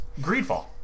Greedfall